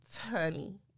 honey